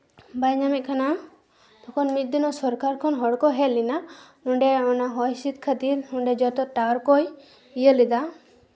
ᱵᱟᱭ ᱧᱟᱢᱮᱜ ᱠᱟᱱᱟ ᱛᱚᱠᱷᱚᱱ ᱢᱤᱫ ᱫᱤᱱᱚᱜ ᱥᱚᱨᱠᱟᱨ ᱠᱷᱚᱱ ᱦᱚᱲᱠᱚ ᱦᱮᱡ ᱞᱮᱱᱟ ᱚᱸᱰᱮ ᱚᱱᱟ ᱦᱚᱭ ᱦᱤᱸᱥᱤᱫ ᱠᱷᱟᱹᱛᱤᱨ ᱚᱸᱰᱮ ᱡᱚᱛᱚ ᱴᱟᱣᱟᱨ ᱠᱚᱭ ᱤᱭᱟᱹ ᱞᱮᱫᱟ